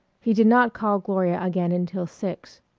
he did not call gloria again until six.